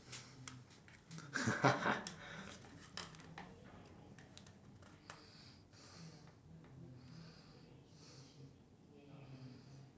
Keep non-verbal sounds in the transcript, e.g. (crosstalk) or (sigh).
(laughs)